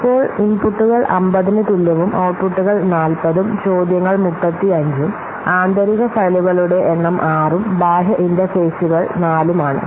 ഇപ്പോൾ ഇൻപുട്ടുകൾ 50 ന് തുല്യവും ഔട്ട്പുട്ടുകൾ 40 ഉം ചോദ്യങ്ങൾ 35 ഉം ആന്തരിക ഫയലുകളുടെ എണ്ണം 6 ഉം ബാഹ്യ ഇന്റർഫേസുകളും 4 ഉം ആണ്